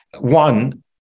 One